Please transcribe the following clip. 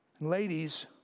Ladies